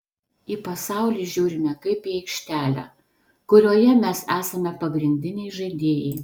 į pasaulį žiūrime kaip į aikštelę kurioje mes esame pagrindiniai žaidėjai